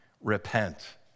repent